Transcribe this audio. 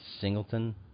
Singleton